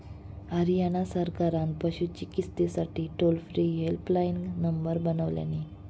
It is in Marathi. हरयाणा सरकारान पशू चिकित्सेसाठी टोल फ्री हेल्पलाईन नंबर बनवल्यानी